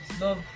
love